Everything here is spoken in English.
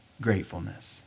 gratefulness